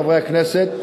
חברי הכנסת,